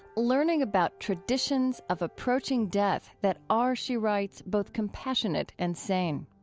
learning about traditions of approaching death that are, she writes, both compassionate and sane.